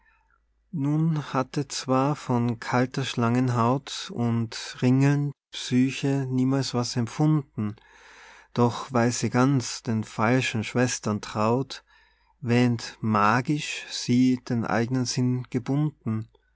nun hatte zwar von kalter schlangenhaut und ringeln psyche niemals was empfunden doch weil sie ganz den falschen schwestern traut wähnt magisch sie den eignen sinn gebunden